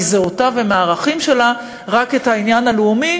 מזהותה ומהערכים שלה רק את העניין הלאומי,